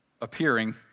appearing